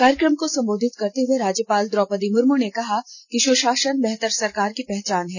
कार्यक्रम को संबोधित करते हुए राज्यपाल द्रौपदी मुर्मू ने कहा कि सुशासन बेहतर सरकार की पहचान है